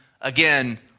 again